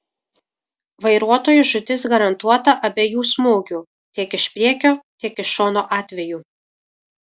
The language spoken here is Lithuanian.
vairuotojui žūtis garantuota abiejų smūgių tiek iš priekio tiek iš šono atveju